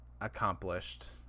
accomplished